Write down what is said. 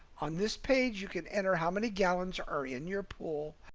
on this page you can enter how many gallons are in your pool,